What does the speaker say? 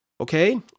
Okay